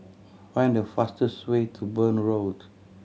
find the fastest way to Burn Road